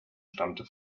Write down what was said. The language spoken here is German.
stammte